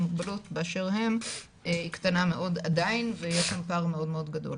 מוגבלות באשר הם היא קטנה מאוד עדיין ויש כאן פער מאוד גדול.